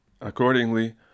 Accordingly